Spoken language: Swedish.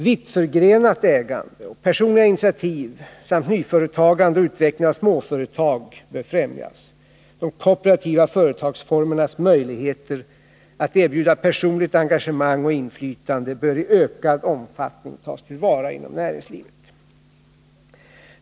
Vittförgrenat ägande och personliga initiativ samt nyföretagande och utveckling av småföretag bör främjas. De kooperativa företagsformernas möjligheter att erbjuda personligt engagemang och inflytande bör i ökad omfattning tas till vara inom näringslivet.